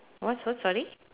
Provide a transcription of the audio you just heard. what's what's sorry